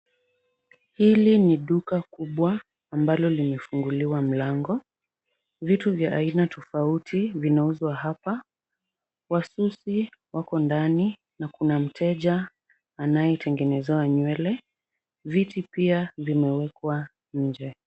Hili ni duka kubwa ambalo limefunguliwa mlango. Vitu vya aina tofauti vinauzwa hapa. Wasusi wako ndani na kuna mteja anayetengenezewa nywele. Viti pia vimewekwa nje.